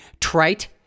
Trite